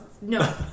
no